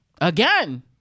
Again